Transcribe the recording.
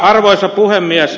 arvoisa puhemies